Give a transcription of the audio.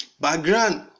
background